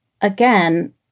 again